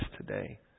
today